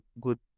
good